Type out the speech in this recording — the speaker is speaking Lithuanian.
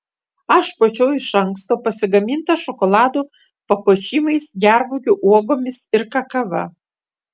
aš puošiau iš anksto pasigamintais šokolado papuošimais gervuogių uogomis ir kakava